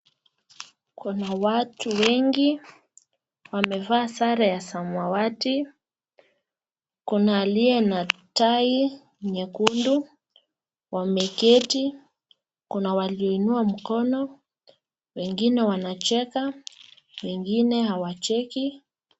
Kuna watu wengi, wamevaa sare ya samawati , kuna aliye na tai nyekundu, wameketi, kuna walioinua mkono , wengine wanacheka, wengine hawacheki.